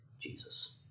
Jesus